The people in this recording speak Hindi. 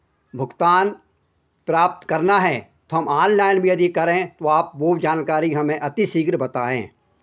भुगतान प्राप्त करना है तो हम ऑनलाइन भी यदि करें तो आप वो जानकारी हमें अति शीघ्र बताएँ